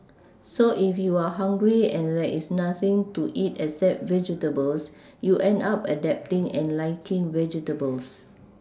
so if you are hungry and there is nothing to eat except vegetables you end up adapting and liking vegetables